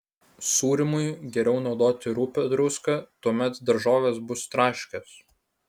sūrymui geriau naudoti rupią druską tuomet daržovės bus traškios